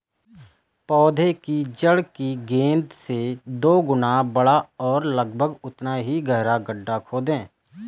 पौधे की जड़ की गेंद से दोगुना बड़ा और लगभग उतना ही गहरा गड्ढा खोदें